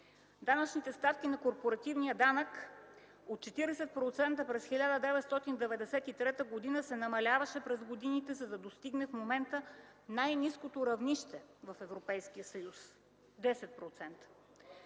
Данъчните ставки на Корпоративния данък от 40% – през 1993 г., се намаляваха през годините, за да достигнат в момента най-ниското равнище в Европейския съюз – 10%.